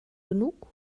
genug